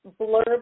blurb